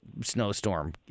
snowstorm